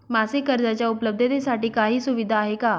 मासिक कर्जाच्या उपलब्धतेसाठी काही सुविधा आहे का?